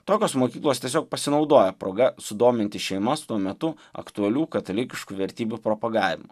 tokios mokyklos tiesiog pasinaudoja proga sudominti šeimas tuo metu aktualių katalikiškų vertybių propagavimu